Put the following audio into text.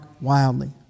wildly